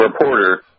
reporter